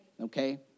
Okay